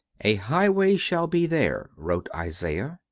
a highway shall be there, wrote isaias.